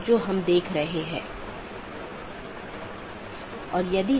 जिसे हम BGP speaker कहते हैं